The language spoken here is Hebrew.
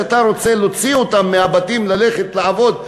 שאתה רוצה להוציא אותם מהבתים ללכת לעבוד,